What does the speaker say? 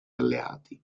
alleati